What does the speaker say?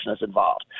involved